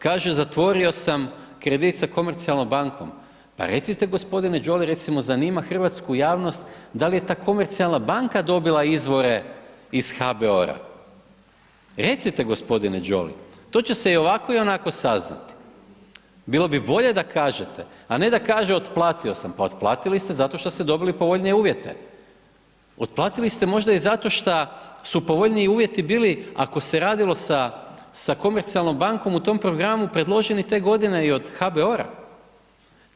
Kaže, zatvorio sam kredit sa Komercijalnom bankom, pa recite g. Jolly, recimo, zanima hrvatsku javnost da li je ta Komercijalna banka dobila izvore iz HBOR-a, recite g. Jolly, to će se i ovako, ionako saznati, bilo bi bolje da kažete, a ne da kaže otplatio sam, pa otplatili ste zato što ste dobili povoljnije uvjete, otplatili ste možda i zato šta su povoljniji uvjeti bili ako se radilo sa Komercijalnom bankom u tom programu predloženi te godine i od HBOR-a.